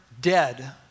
dead